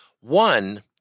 One